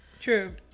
True